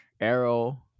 Arrow